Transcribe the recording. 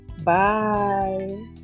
Bye